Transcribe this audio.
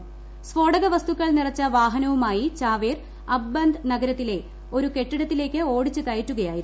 സ്ട്ഫോടക വസ്തുക്കൾ നിറച്ച വാഹനവുമായി ചാവേർ ക്രിഅബ് ബന്ദ് നഗരത്തിലെ ഒരു കെട്ടിടത്തിലേക്ക് ഓടിച്ച് ് കയറ്റുകയായിരുന്നു